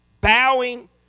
Bowing